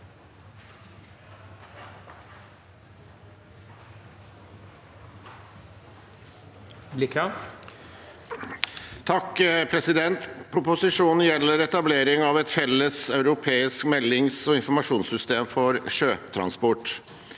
(A) Proposisjonen gjelder etablering av et felles europeisk meldings- og informasjonssystem for sjøtransport.